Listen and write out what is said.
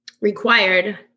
required